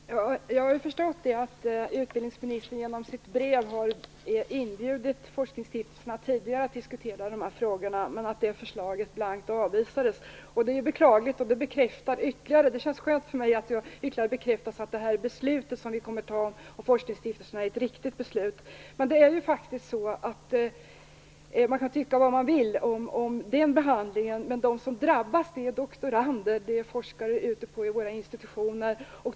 Fru talman! Jag har förstått att utbildningsministern genom sitt brev tidigare hade inbjudit forskningsstiftelserna att diskutera de här frågorna men att det förslaget blankt avvisades. Det är beklagligt. Det känns skönt att det ytterligare bekräftas att det beslut som vi kommer att ta om forskningsstiftelserna är ett riktigt beslut. Man kan tycka vad man vill om den behandlingen, men de som drabbas är doktorander och forskare ute på våra institutioner.